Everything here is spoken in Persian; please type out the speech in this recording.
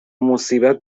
مصیبت